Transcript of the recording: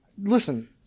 Listen